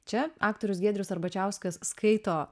čia aktorius giedrius arbačiauskas skaito